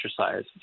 exercise